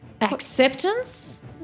acceptance